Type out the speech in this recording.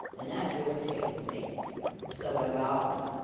and that irritated me so i got one.